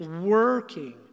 working